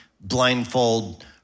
blindfold